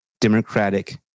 Democratic